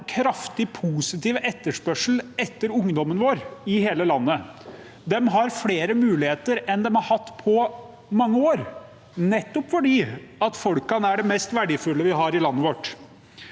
kraftig positiv etterspørsel etter ungdommen vår. De har flere muligheter enn de har hatt på mange år, nettopp fordi folk er det mest verdifulle vi har i landet vårt.